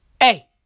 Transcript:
hey